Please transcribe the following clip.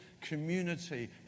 community